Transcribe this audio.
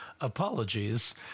apologies